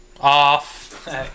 Off